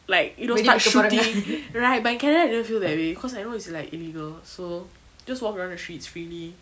like you know start to shoot right but in canada I didn't feel that way cause I know it's like illegal so just walk around the streets freely